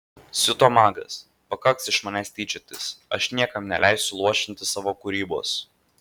siuto magas pakaks iš manęs tyčiotis aš niekam neleisiu luošinti savo kūrybos